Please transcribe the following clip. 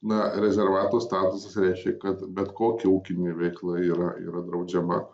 na rezervato statusas reiškia kad bet kokia ūkinė veikla yra yra draudžiama